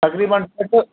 तक़रीबनु अठ